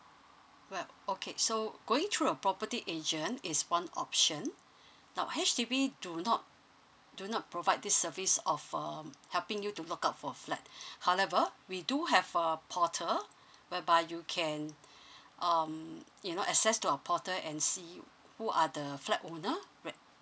well okay so going through a property agent is one option no H_D_B do not do not provide this service of um helping you to look out for flat however we do have a portal whereby you can um you know access to our portal and see who are the flat owner right